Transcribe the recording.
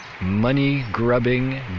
money-grubbing